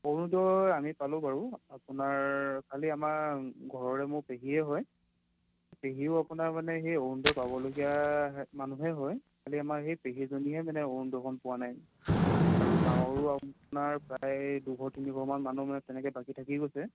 অৰুণোদয় আমি পালোঁ বাৰু আপোনাৰ খালী আমাৰ ঘৰৰে মোৰ পেহীয়ে হয় পেহীও আপোনাৰ মানে সেই অৰুণোদয় পাবলগীয়া মানুহে হয় খালী আমাৰ সেই পেহীজনীয়েহে মানে অৰুণোদয়খন পোৱা নাই আৰু গাঁৱৰো আপোনাৰ প্ৰায় দুশ তিনিশমান মানুহ মানে তেনেকৈ বাকী থাকি গৈছে